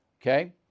okay